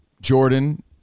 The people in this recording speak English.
Jordan